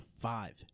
five